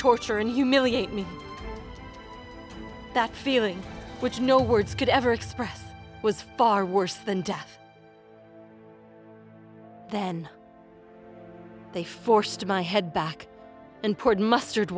torture and humiliate me that feeling which no words could ever express was far worse than death then they forced my head back and poured mustard